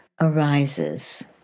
arises